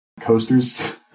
coasters